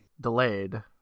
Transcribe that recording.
delayed